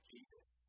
Jesus